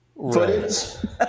footage